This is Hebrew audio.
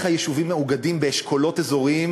איך היישובים מאוגדים באשכולות אזוריים